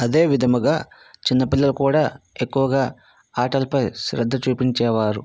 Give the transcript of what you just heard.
అదే విధంగా చిన్నపిల్లలు కూడా ఎక్కువగా ఆటలపై శ్రద్ధ చూపించేవారు